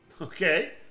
Okay